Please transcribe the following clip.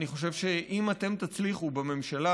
אני חושב שאם אתם תצליחו בממשלה,